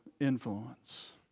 influence